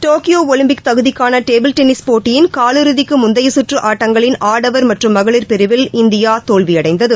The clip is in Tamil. டோக்கியோஒலிம்பிக் தகுதிகானடேபுள் டென்னிஸ் போட்டியின் கால் இறுதிக்குமுந்தையகற்றுஆட்டங்களின் ஆடவர் மற்றும் மகளிர் பிரிவில் இந்தியாதோல்வியடைந்தது